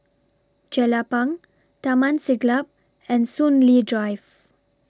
Jelapang Taman Siglap and Soon Lee Drive